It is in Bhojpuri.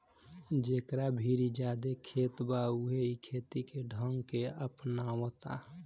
जेकरा भीरी ज्यादे खेत बा उहे इ खेती के ढंग के अपनावता